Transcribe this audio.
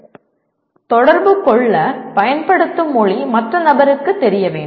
அதாவது நீங்கள் தொடர்பு கொள்ள பயன்படுத்தும் மொழி மற்ற நபருக்குத் தெரிய வேண்டும்